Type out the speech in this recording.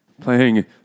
Playing